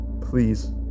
Please